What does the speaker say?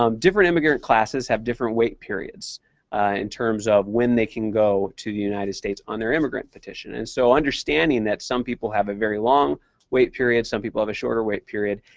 um different immigrant classes have different wait periods in terms of when they can go to the united states on their immigrant petition. and so understanding and that some people have a very long wait period, some people have a shorter wait period,